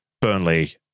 Burnley